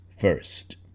first